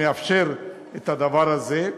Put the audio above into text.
שמאפשר את הדבר הזה.